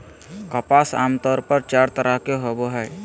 कपास आमतौर पर चार तरह के होवो हय